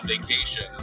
vacation